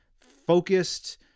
focused